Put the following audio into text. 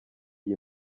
iyi